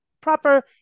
proper